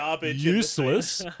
useless